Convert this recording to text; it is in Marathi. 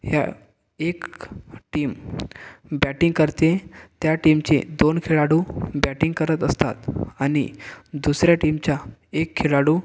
ह्यात एक टीम बॅटिंग करते त्या टीमचे दोन खेळाडू बॅटिंग करत असतात आणि दुसऱ्या टीमचा एक खेळाडू